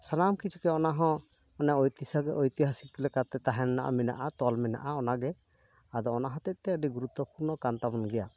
ᱥᱟᱱᱟᱢ ᱠᱤᱪᱷᱩᱜᱮ ᱚᱱᱟᱦᱚᱸ ᱚᱱᱟ ᱳᱭᱛᱤᱦᱟᱥᱤᱠ ᱞᱮᱠᱟᱛᱮ ᱛᱟᱦᱮᱱ ᱨᱮᱱᱟᱜ ᱢᱮᱱᱟᱜᱼᱟ ᱛᱚᱞ ᱢᱮᱱᱟᱜᱼᱟ ᱚᱱᱟᱜᱮ ᱟᱫᱚ ᱚᱱᱟ ᱦᱚᱛᱮᱡ ᱛᱮ ᱟᱹᱰᱤ ᱜᱩᱨᱩᱛᱛᱚ ᱯᱩᱨᱱᱚ ᱠᱟᱱᱛᱟᱵᱚᱱ ᱜᱮᱭᱟ